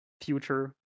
future